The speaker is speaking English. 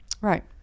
right